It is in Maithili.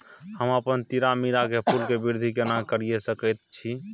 हम अपन तीरामीरा के फूल के वृद्धि केना करिये सकेत छी?